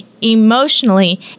emotionally